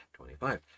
25